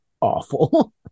awful